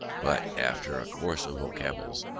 but, after a course of vocables,